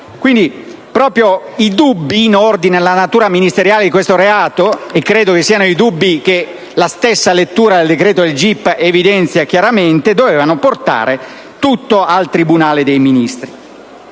LNP)*. Pertanto, i dubbi in ordine alla natura ministeriale di questo reato, e credo che siano i dubbi che la stessa lettura del decreto del GIP evidenzia chiaramente, dovevano portare tutto al tribunale dei Ministri.